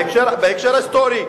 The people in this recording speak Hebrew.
בהקשר היסטורי.